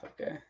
Okay